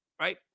right